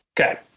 okay